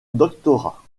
doctorat